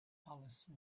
alice